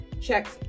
checks